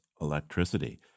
electricity